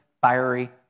fiery